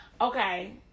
Okay